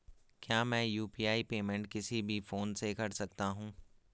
क्या मैं UPI payment किसी भी फोन से कर सकता हूँ?